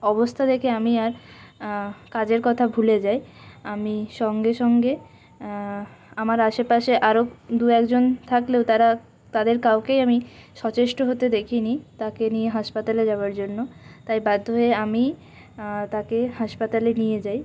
অবস্থা দেখে আমি আর কাজের কথা ভুলে যাই আমি সঙ্গে সঙ্গে আমার আশেপাশে আরও দু একজন থাকলেও তারা তাদের কাউকেই আমি সচেষ্ট হতে দেখিনি তাকে নিয়ে হাসপাতালে যাওয়ার জন্য তাই বাধ্য হয়ে আমিই তাকে হাসপাতালে নিয়ে যাই